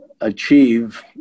achieve